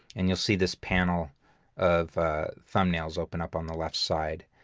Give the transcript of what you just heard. and you'll see this panel of thumbnails open up on the left side.